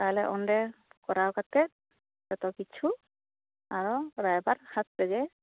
ᱛᱟᱦᱚᱞᱮ ᱚᱸᱰᱮ ᱠᱚᱨᱟᱣ ᱠᱟᱛᱮᱫ ᱡᱚᱛᱚ ᱠᱤᱪᱷᱩ ᱟᱫᱚ ᱨᱟᱭᱵᱟᱨ ᱦᱟᱛ ᱛᱮᱜᱮ